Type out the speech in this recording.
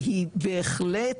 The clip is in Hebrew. והיא בהחלט